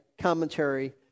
commentary